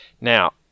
Now